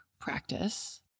practice